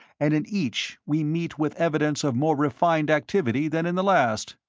and in each we meet with evidence of more refined activity than in the last.